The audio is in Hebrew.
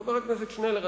חבר הכנסת שנלר,